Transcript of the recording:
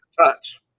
touch